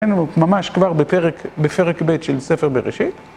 היינו ממש כבר בפרק בית של ספר בראשית